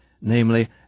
namely